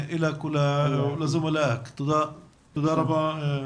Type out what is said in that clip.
תודה רבה.